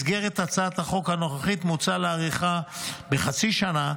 הוראת השעה בתוקף עד ליום 15 בנובמבר 2024. במסגרת הצעת החוק הנוכחית מוצע להאריכה בחצי שנה,